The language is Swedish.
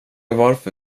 varför